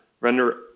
render